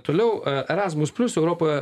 toliau erasmus plius europoje